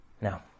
Now